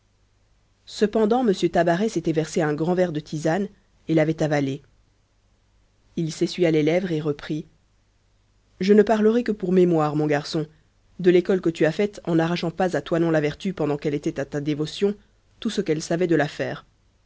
cependant m tabaret s'était versé un grand verre de tisane et l'avait avalé il s'essuya les lèvres et reprit je ne parlerai que pour mémoire mon garçon de l'école que tu as faite en n'arrachant pas à toinon la vertu pendant qu'elle était à ta dévotion tout ce qu'elle savait de